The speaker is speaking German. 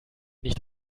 nicht